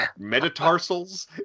metatarsals